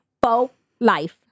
Bo-life